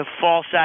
false